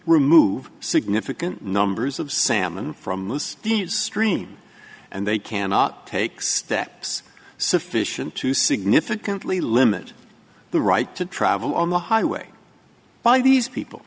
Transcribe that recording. remove significant numbers of salmon from the stream and they cannot take steps sufficient to significantly limit the right to travel on the highway by these people